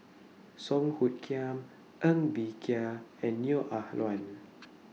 Song Hoot Kiam Ng Bee Kia and Neo Ah Luan